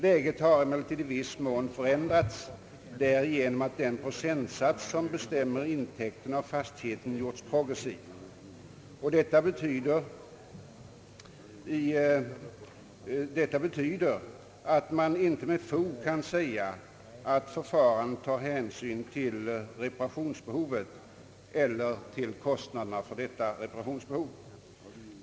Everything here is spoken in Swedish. Läget har emellertid i viss mån förändrats därigenom att den procentsats som bestämmer intäkten av fastigheten gjorts progressiv. Detta betyder i sin tur att det inte med fog kan sägas att man genom detta förfarande tar hänsyn till kostnaderna för reparationsbehovet.